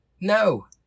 No